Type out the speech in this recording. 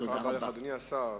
תודה רבה לך, אדוני השר.